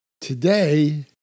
Today